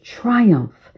triumph